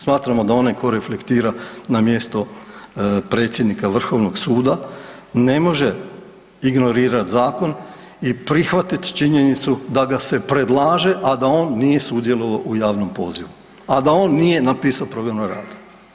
Smatramo da onaj tko reflektira na mjesto predsjednika Vrhovnog suda ne može ignorirati zakon i prihvatiti činjenicu da ga se predlaže, a da on nije sudjelovao u javnom pozivu, a da on nije napisao program rada.